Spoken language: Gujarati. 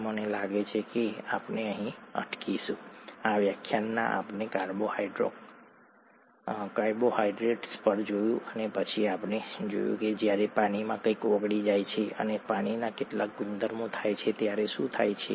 અને મને લાગે છે કે આપણે અહીં અટકીશું આ વ્યાખ્યાનમાં આપણે કાર્બોહાઇડ્રેટ્સ પર જોયું અને પછી આપણે જોયું કે જ્યારે પાણીમાં કંઈક ઓગળી જાય છે અને પાણીના કેટલાક ગુણધર્મો થાય છે ત્યારે શું થાય છે